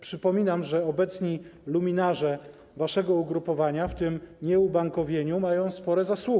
Przypominam, że obecni luminarze waszego ugrupowania w tym nieubankowieniu mają spore zasługi.